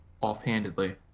offhandedly